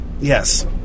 Yes